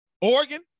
Oregon